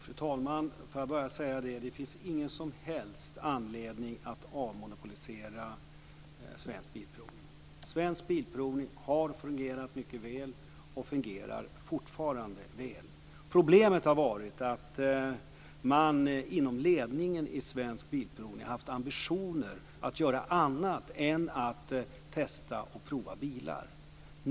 Fru talman! Det finns ingen som helst anledning att avmonopolisera Svensk Bilprovning. Svensk Bilprovning har fungerat mycket väl och fungerar fortfarande väl. Problemet har varit att man inom ledningen i Svensk Bilprovning haft ambitioner att göra annat än att testa och prova bilar.